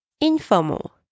informal